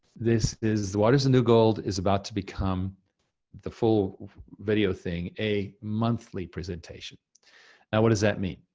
this is water is the new gold, is about to become the full video thing, a monthly presentation. now what does that mean?